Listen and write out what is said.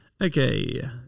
Okay